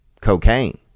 Cocaine